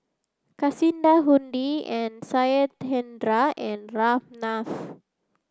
Kasinadhuni and Satyendra and Ramnath